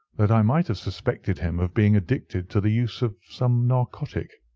that i might have suspected him of being addicted to the use of some narcotic,